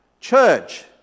church